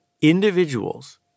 Individuals